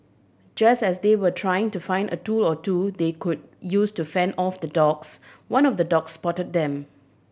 just as they were trying to find a tool or two they could use to fend off the dogs one of the dogs spotted them